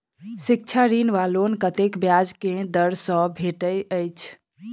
शिक्षा ऋण वा लोन कतेक ब्याज केँ दर सँ भेटैत अछि?